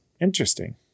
Interesting